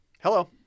Hello